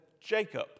Jacob